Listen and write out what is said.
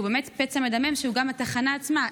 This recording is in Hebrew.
שהוא באמת פצע מדמם, שהוא גם התחנה עצמה.